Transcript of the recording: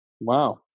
Wow